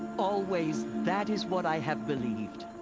always. that is what i have believed.